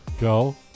Go